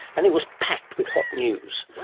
and it was packed with hot news,